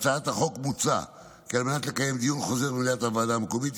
בהצעת החוק מוצע כי על מנת לקיים דיון חוזר במליאת הוועדה המקומית,